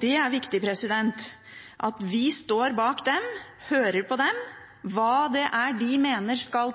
Det er viktig at vi står bak dem, hører på dem, hva det er de mener skal